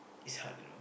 it's hard you know